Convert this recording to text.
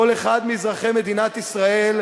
כל אחד מאזרחי מדינת ישראל,